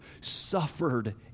suffered